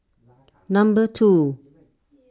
number two